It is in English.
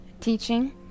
teaching